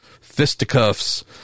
fisticuffs